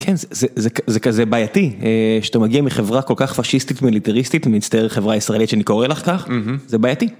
כן, זה כזה בעייתי, שאתה מגיע מחברה כל כך פשיסטית, מיליטריסטית, מצטער חברה ישראלית שאני קורא לך כך, זה בעייתי.